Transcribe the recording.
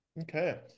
okay